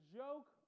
joke